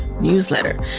newsletter